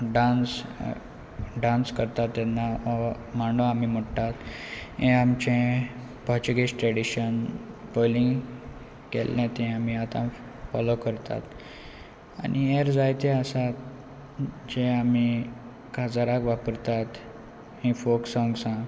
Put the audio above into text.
dance dance करता तेन्ना मांडो आमी म्हणटात हें आमचें पॉर्चुगीज ट्रॅडिशन पयलीं केल्लें तें आमी आतां फॉलो करतात आनी हेर जायतें आसा जें आमी काजाराक वापरतात हीं फोल्क सॉंग्सां